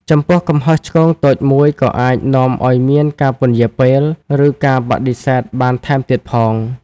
ចំពោះ កំហុសឆ្គងតូចមួយក៏អាចនាំឱ្យមានការពន្យារពេល ឬការបដិសេធបានថែមទៀតផង។